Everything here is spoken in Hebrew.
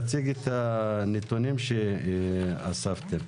תציגי את הנתונים שאספתם.